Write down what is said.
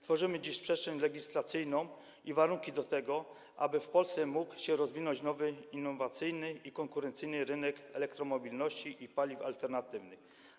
Tworzymy dziś przestrzeń legislacyjną i warunki do tego, aby w Polsce mógł się rozwinąć nowy innowacyjny i konkurencyjny rynek elektromobilności i paliw alternatywnych.